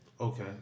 Okay